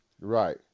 Right